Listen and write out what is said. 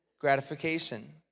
gratification